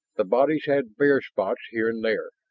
the bodies had bare spots here and there,